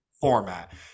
format